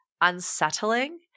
unsettling